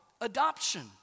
adoption